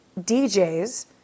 DJs